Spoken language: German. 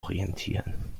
orientieren